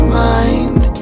mind